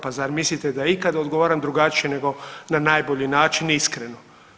Pa zar mislite da ikad odgovaram drugačije nego na najbolji način i iskreno.